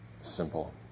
simple